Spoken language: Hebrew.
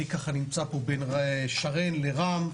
אני נמצא פה בין שרן לרם,